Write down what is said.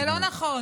זה לא נכון,